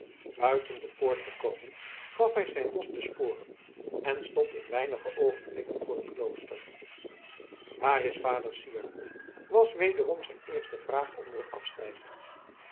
buiten de poort gekomen gaf hij zijn ros de sporen en stond in weinige oogenblikken voor het klooster waar is vader syard was wederom zijn eerste vraag onder het afstijgen